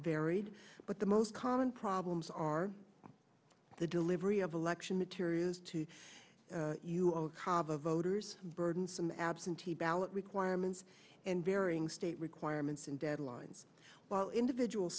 varied but the most common problems are the delivery of election materials to how voters burdensome absentee ballot requirements and varying state requirements and deadlines while individual